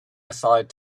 aside